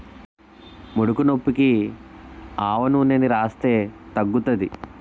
ముడుకునొప్పికి ఆవనూనెని రాస్తే తగ్గుతాది